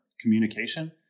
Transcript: communication